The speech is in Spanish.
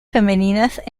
femeninas